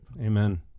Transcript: Amen